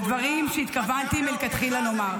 לדברים שהתכוונתי מלכתחילה לומר.